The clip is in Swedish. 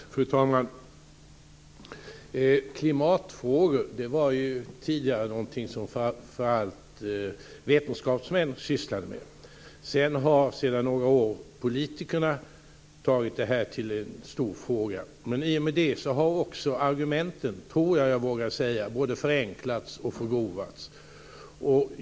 Fru talman! Klimatfrågor var tidigare något som framför allt vetenskapsmän sysslade med. Därefter har, sedan några år, politikerna gjort detta till en stor fråga. Men i och med det har också argumenten, tror jag mig våga säga, både förenklats och förgrovats.